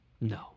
No